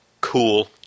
Cool